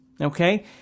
okay